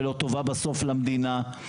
ולא טובה בסוף למדינה,